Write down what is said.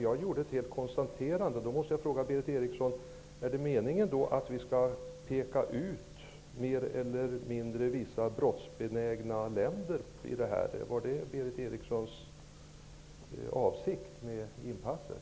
Jag förstår inte det påpekandet. Jag måste fråga Berith Eriksson: Är det då meningen att vi skall peka ut mer eller mindre brottsbenägna länder? Var det Berith Erikssons avsikt med inpasset?